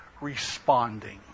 responding